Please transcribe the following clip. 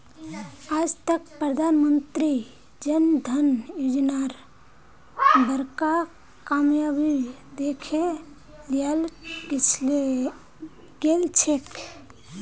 आज तक प्रधानमंत्री जन धन योजनार बड़का कामयाबी दखे लियाल गेलछेक